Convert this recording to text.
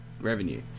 revenue